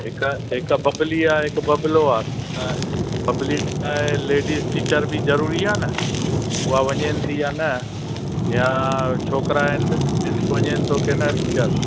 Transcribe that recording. हिकु हिकु बबली आहे हिकु बबलो आहे त बबली त लेडीस टीचर बि ज़रूरी आहे न उहा वञे थी या न या छोकिरा आहिनि त जेंट्स वञे थो की न